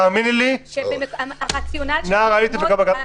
תאמיני לי, נער הייתי וגם זקנתי,